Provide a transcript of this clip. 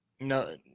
no